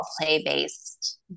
play-based